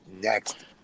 next